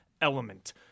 element